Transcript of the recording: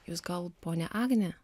jūs gal ponia agnė